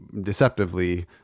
deceptively